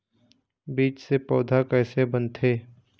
बीज से पौधा कैसे बनथे?